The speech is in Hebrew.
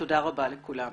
תודה רבה לכולם.